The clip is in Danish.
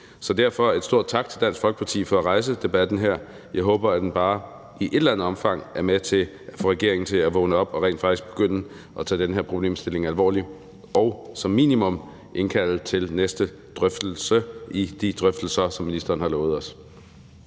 Derfor en stor tak til Dansk Folkeparti for at rejse debatten. Jeg håber, at den bare i et eller andet omfang er med til at få regeringen til at vågne op og rent faktisk begynde at tage den her problemstilling alvorligt og som minimum indkalde til næste drøftelse i de drøftelser, som ministeren har lovet os.